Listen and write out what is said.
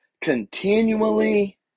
continually